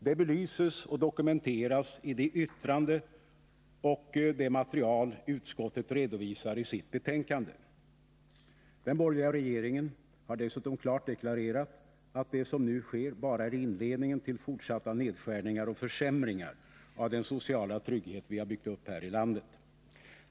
Det belyses och dokumenteras i de yttranden och det material utskottet redovisar i sitt betänkande. Den borgerliga regeringen har dessutom klart deklarerat att det som nu sker bara är inledningen till fortsatta nedskärningar och försämringar av den sociala trygghet vi har byggt upp här i landet.